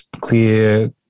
clear